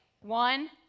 One